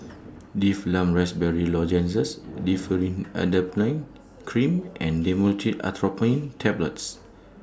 Difflam Raspberry Lozenges Differin Adapalene Cream and Dhamotil Atropine Tablets